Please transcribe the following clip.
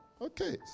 Okay